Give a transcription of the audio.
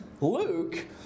Luke